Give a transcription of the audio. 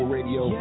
Radio